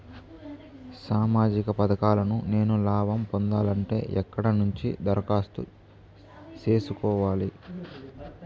సామాజిక పథకాలను నేను లాభం పొందాలంటే ఎక్కడ నుంచి దరఖాస్తు సేసుకోవాలి?